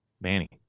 Manny